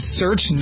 search